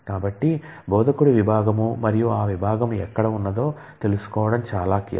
కాబట్టి బోధకుడి విభాగం మరియు ఆ విభాగం ఎక్కడ ఉన్నదో తెలుసుకోవడం చాలా కీలకం